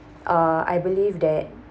uh I believe that